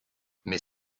mais